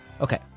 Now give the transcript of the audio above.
Okay